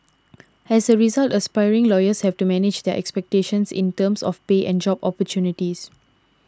as a result aspiring lawyers have to manage their expectations in terms of pay and job opportunities